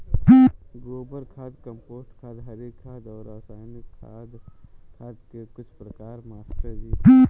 गोबर खाद कंपोस्ट खाद हरी खाद और रासायनिक खाद खाद के कुछ प्रकार है मास्टर जी